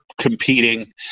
competing